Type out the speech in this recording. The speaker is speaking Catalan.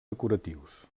decoratius